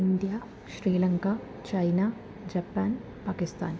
India Sri Lanka China Japan Pakistan